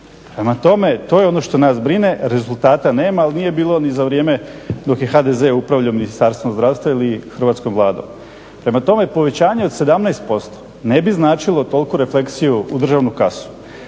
Prema tome, to je ono što nas brine. Rezultata nema ali nije bilo ni za vrijeme dok je HDZ upravljao Ministarstvom zdravstva ili Hrvatskom vladom. Prema tome, povećanje od 17% ne bi značilo toliko refleksiju u državnu kasu.